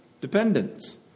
dependents